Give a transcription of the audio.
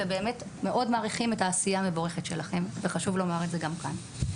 ובאמת מאוד מעריכים את העשייה המבורכת שלכם וחשוב לומר את זה גם פה.